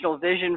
vision